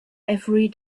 every